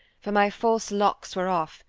for my false locks were off,